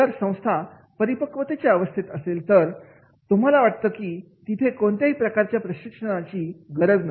जर संस्था परिपक्वतेच्या अवस्थेत असेल तर तुम्हाला वाटतं की तिथे कोणत्याही प्रकारच्या प्रशिक्षणाची गरज आहे